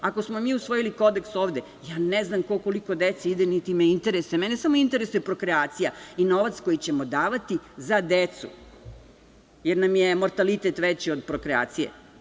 Ako smo mi usvojili kodeks ovde, ja ne znam ko koliko dece ima, niti me interesuje, mene samo interesuje prokrejacija i novac koji ćemo davati za decu, jer nam je mortalitet veći od prokreacije.